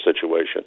situation